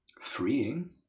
freeing